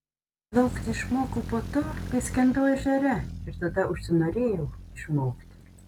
plaukti išmokau po to kai skendau ežere ir tada užsinorėjau išmokti